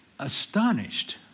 Astonished